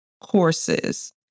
courses